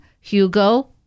Hugo